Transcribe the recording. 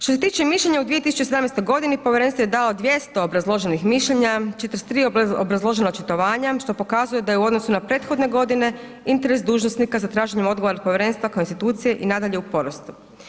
Što se tiče mišljenja u 2017. godini povjerenstvo je dalo 200 obrazloženih mišljenja, 43 obrazložena očitovanja što pokazuje da je u odnosu na prethodne godine interes dužnosnika za traženje odgovora od povjerenstva kao institucije i nadalje u porastu.